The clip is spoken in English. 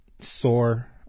sore